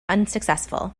unsuccessful